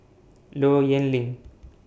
Low Yen Ling